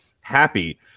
Happy